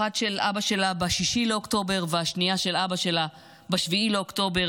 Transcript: האחת של אבא שלה ב-6 באוקטובר והשנייה של אבא שלה ב-7 באוקטובר,